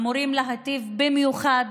אמורים להיטיב במיוחד